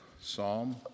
Psalm